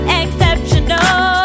exceptional